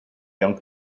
young